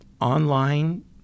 online